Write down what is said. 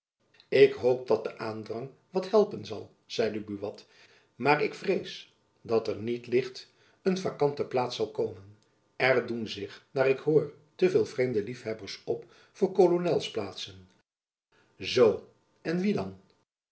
ik hoop dat de aandrang wat helpen zal zeide buat maar ik vrees dat er niet licht een vakante plaats zal komen er doen zich naar ik hoor te veel vreemde liefhebbers op voor kolonels plaatsen zoo en wie dan